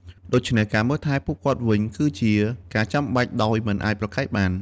ដូច្នេះ ការមើលថែពួកគាត់វិញ គឺជាការចាំបាច់ដោយមិនអាចប្រកែកបាន។